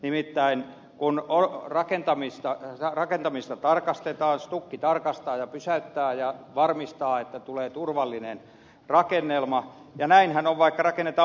nimittäin kun rakentamista tarkastetaan stuk tarkastaa ja pysäyttää ja varmistaa että tulee turvallinen rakennelma ja näinhän on vaikka rakennetaan omakotitaloakin